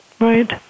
Right